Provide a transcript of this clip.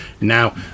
now